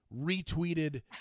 retweeted